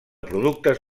productes